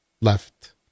left